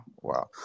wow